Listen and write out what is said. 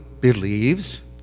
believes